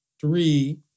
three